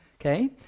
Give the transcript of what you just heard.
Okay